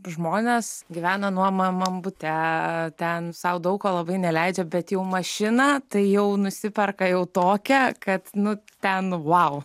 žmonės gyvena nuomojamam bute ten sau daug ko labai neleidžia bet jau mašiną tai jau nusiperka jau tokia kad nu ten vau